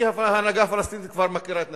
כי ההנהגה הפלסטינית כבר מכירה את נתניהו,